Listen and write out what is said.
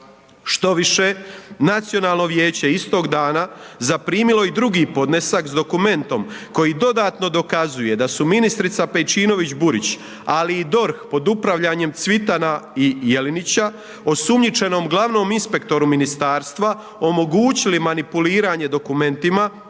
Štoviše Nacionalno vijeće istog dana, zaprimilo je i drugi podnesak, s dokumentom koji dodatno dokazuje da su ministrica Pejčinović Burić, ali i DORH pod upravljanjem Cvitana i Jelinića, osumnjičenom glavnom inspektoru ministarstva, omogućili manipuliranje dokumentima